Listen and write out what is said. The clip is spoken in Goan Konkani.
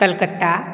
कलकत्ता